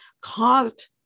caused